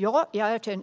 Ja,